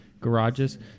garages